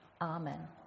Amen